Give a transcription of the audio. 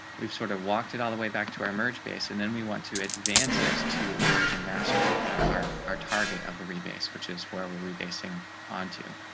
we've sort of walked it all the way back to our merge base and then we want to advance it to origin master that are our target of the base, which is where we're rebasing onto